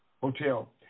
Hotel